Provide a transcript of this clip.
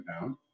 down